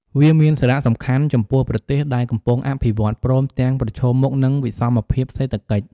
វាមានសារៈសំខាន់ចំពោះប្រទេសដែលកំពុងអភិវឌ្ឍ ព្រមទាំងប្រឈមមុខនឹងវិសមភាពសេដ្ឋកិច្ច។